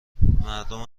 مردم